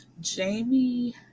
Jamie